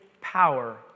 power